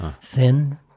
thin